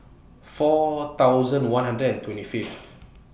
four thousand one hundred and twenty Fifth